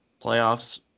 playoffs